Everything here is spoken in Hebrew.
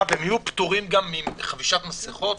הם יהיו פטורים מחבישת מסכות?